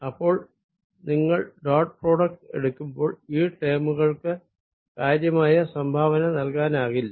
അപ്പോൾ നിങ്ങൾ dot product എടുക്കുമ്പോൾ ഈ ടേമുകൾക്ക് കാര്യമായ സംഭാവന നല്കാനാകില്ല